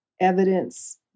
evidence